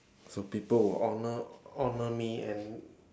so people will honour honour me and